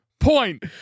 Point